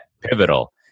Pivotal